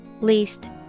Least